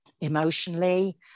emotionally